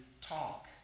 talk